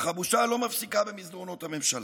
אך הבושה לא מפסיקה במסדרונות הממשלה.